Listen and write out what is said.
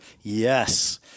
yes